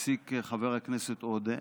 שהסיק חבר הכנסת עודה.